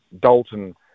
Dalton